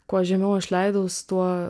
kuo žemiau aš leidaus tuo